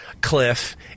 Cliff